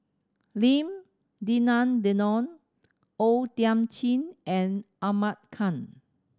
Lim Denan Denon O Thiam Chin and Ahmad Khan